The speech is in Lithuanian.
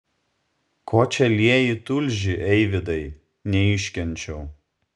ko čia lieji tulžį eivydai neiškenčiau